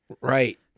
right